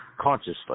consciously